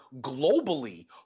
globally